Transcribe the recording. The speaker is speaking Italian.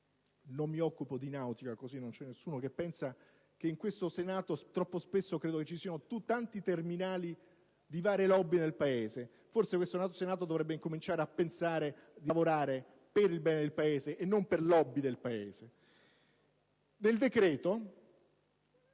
non mi occupo di nautica, visto che in questo Senato troppo spesso credo che ci siano tanti terminali di varie *lobby* del Paese. Forse questo Senato dovrebbe incominciare a pensare di lavorare per il bene del Paese e non per *lobby* del Paese. Nel decreto